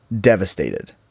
devastated